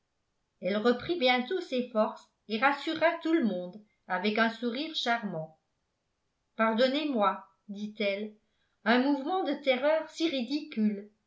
elle reprit bientôt ses forces et rassura tout le monde avec un sourire charmant pardonnez-moi dit-elle un mouvement de terreur si